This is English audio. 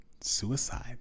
Suicide